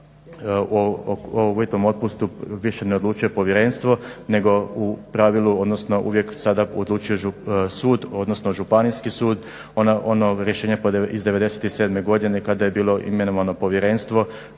uvjetnom otpustu više ne odlučuje povjerenstvo nego u pravilu, odnosno uvijek sada odlučuje sud odnosno Županijski sud. Ono rješenje iz '97. godine kada je bilo imenovano povjerenstvo